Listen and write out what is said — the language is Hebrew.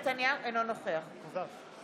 לא לקחתי לך זמן דיבור, את ירדת מהדוכן.